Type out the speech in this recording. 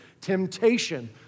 Temptation